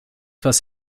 was